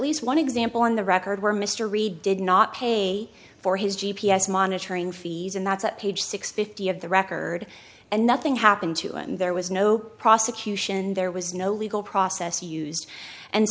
least one example in the record where mr reed did not pay for his g p s monitoring fees and that's a page six fifty of the record and nothing happened to him there was no prosecution there was no legal process used and